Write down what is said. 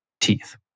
teeth